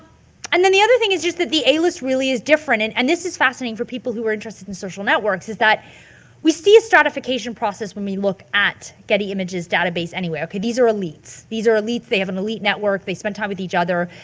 and then the other thing is just that the a list really is different and-and and and this is fascinating for people who are interested in social networks, is that we see a stratification process when we look at getty images database anyway, okay, these are elites. these are elites. they have an elite network. they spend time with each other.